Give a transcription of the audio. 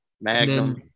Magnum